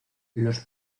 los